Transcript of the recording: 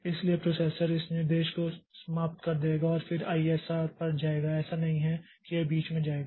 इसलिए प्रोसेसर इस निर्देश को समाप्त कर देगा और फिर ISR पर जाएगा ऐसा नहीं है कि यह बीच में जाएगा